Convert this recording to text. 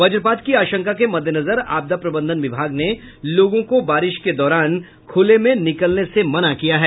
वज्रपात की आशंका के मद्देनजर आपदा प्रबंधन विभाग ने लोगों को बारिश के दौरान खूले में निकलने से मना किया है